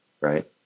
right